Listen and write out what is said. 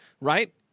right